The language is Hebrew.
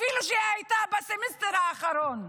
אפילו שהיא הייתה בסמסטר האחרון.